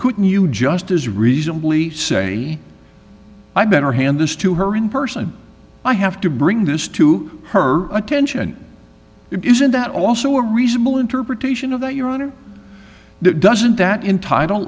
couldn't you just as reasonably say i better hand this to her in person i have to bring this to her attention isn't that also a reasonable interpretation of that your honor doesn't that entitle